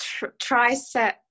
tricep